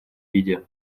виде